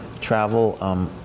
travel